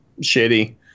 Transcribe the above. shitty